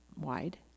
wide